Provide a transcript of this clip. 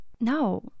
no